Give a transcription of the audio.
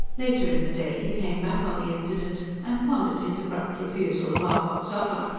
later in the day he came back on the incident, and pondered his abrupt refusal of ocock's offer.